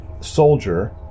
soldier